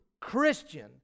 Christian